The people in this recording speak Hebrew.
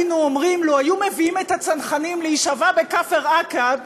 לו היו מביאים את הצנחנים להישבע בכפר עקב,